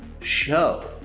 show